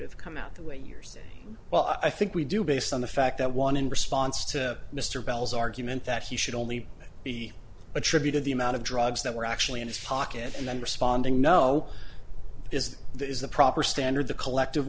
have come out the way years well i think we do based on the fact that one in response to mr bell's argument that he should only be attributed the amount of drugs that were actually in his pocket and then responding no is the is the proper standard the collective